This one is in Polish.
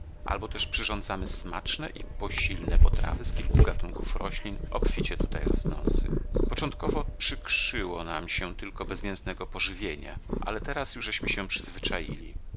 albo też przyrządzamy smaczne i posilne potrawy z kilku gatunków roślin obficie tutaj rosnących początkowo przykrzyło nam się tylko bez mięsnego pożywienia ale teraz jużeśmy się przyzwyczaili